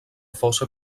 fossa